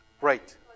Right